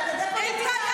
תודה רבה.